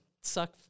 suck